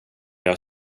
jag